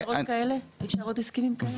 יש עוד בשורות כאלה, אפשר עוד הסכמים כאלה?